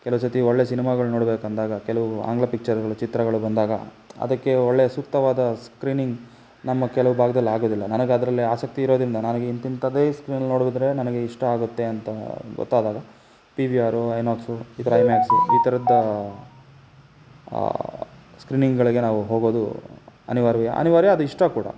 ಕೆಲವು ಸರ್ತಿ ಒಳ್ಳೆಯ ಸಿನೆಮಾಗಳು ನೋಡ್ಬೇಕು ಅಂದಾಗ ಕೆಲವು ಆಂಗ್ಲ ಪಿಕ್ಚರ್ಗಳು ಚಿತ್ರಗಳು ಬಂದಾಗ ಅದಕ್ಕೆ ಒಳ್ಳೆಯ ಸೂಕ್ತವಾದ ಸ್ಕ್ರೀನಿಂಗ್ ನಮ್ಮ ಕೆಲವು ಭಾಗ್ದಲ್ಲಿ ಆಗೋದಿಲ್ಲ ನನಗೆ ಅದರಲ್ಲಿ ಆಸಕ್ತಿ ಇರೋದರಿಂದ ನನಗೆ ಇಂತಿಂಥದ್ದೇ ಸ್ಕ್ರೀನಲ್ಲಿ ನೋಡುವುದಿದ್ರೆ ನನಗೆ ಇಷ್ಟ ಆಗುತ್ತೆ ಅಂತ ಗೊತ್ತಾದಾಗ ಪಿ ವಿ ಆರೋ ಐನೋಕ್ಸು ಇತರ ಐಮ್ಯಾಕ್ಸು ಈ ಥರದ ಸ್ಕ್ರೀನಿಂಗ್ಗಳಿಗೆ ನಾವು ಹೋಗೋದು ಅನಿವಾರ್ಯ ಅನಿವಾರ್ಯ ಅದು ಇಷ್ಟ ಕೂಡ